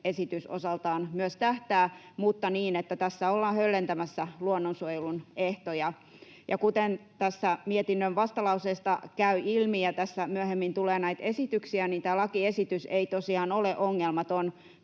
esitys osaltaan myös tähtää mutta niin, että tässä ollaan höllentämässä luonnonsuojelun ehtoja. Kuten tästä mietinnön vastalauseesta käy ilmi ja tässä myöhemmin tulee näitä esityksiä, niin tämä lakiesitys ei tosiaan ole ongelmaton,